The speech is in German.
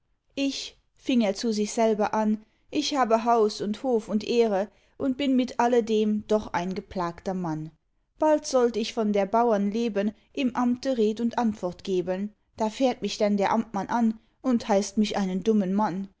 ich fing er zu sich selber an ich habe haus und hof und ehre und bin mit alledem doch ein geplagter mann bald soll ich von der bauern leben im amte red und antwort geben da fährt mich denn der amtmann an und heißt mich einen dummen mann